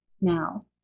now